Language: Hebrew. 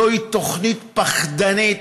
זוהי תוכנית פחדנית.